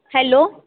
hello